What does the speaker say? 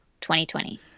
2020